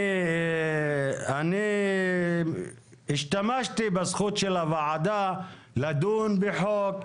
אני השתמשתי בזכות של הוועדה לדון בחוק.